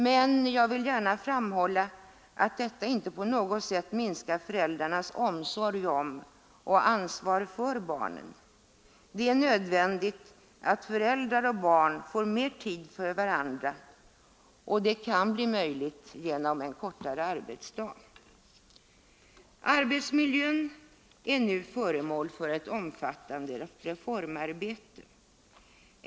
Men jag vill gärna framhålla att detta inte på något sätt minskar föräldrarnas omsorg och ansvar för barnen. Det är nödvändigt att föräldrar och barn får mera tid för varandra. Det kan bli möjligt genom en kortare arbetsdag. Arbetsmiljön är nu föremål för rätt omfattande reformarbete.